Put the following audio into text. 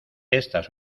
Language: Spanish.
estas